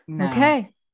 okay